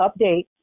update